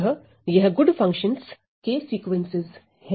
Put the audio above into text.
अतः यह good functions के सीक्वेंसेस हैं